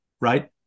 right